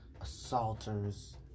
assaulters